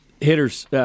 hitters –